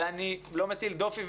ואני לא מטיל דופי,